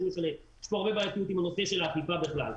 יש כאן הרבה בעייתיות עם הנושא של האכיפה בכלל.